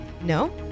No